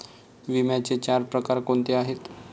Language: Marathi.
विम्याचे चार प्रकार कोणते आहेत?